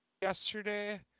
yesterday